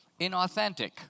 inauthentic